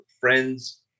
friends